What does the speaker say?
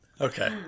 okay